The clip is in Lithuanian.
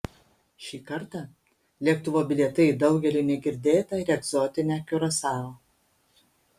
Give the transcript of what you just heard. šį kartą lėktuvo bilietai į daugeliui negirdėtą ir egzotinę kiurasao